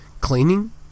cleaning